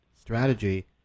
strategy